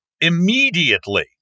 immediately